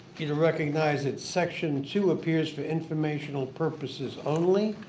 you to recognize that section two appears for informational purposes only.